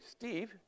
Steve